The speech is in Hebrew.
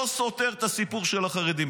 זה לא סותר את הסיפור של החרדים,